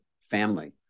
family